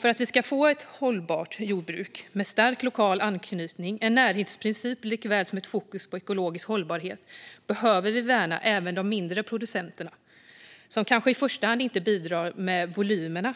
För att vi ska få ett hållbart jordbruk med stark lokal anknytning, en närhetsprincip och ett fokus på ekologisk hållbarhet behöver vi värna även de mindre producenterna. De kanske inte i första hand bidrar med volymerna.